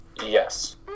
Yes